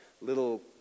little